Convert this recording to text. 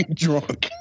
drunk